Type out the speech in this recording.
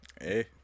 Hey